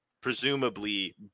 presumably